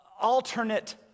alternate